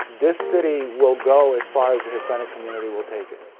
this city will go as far as the hispanic community will take it.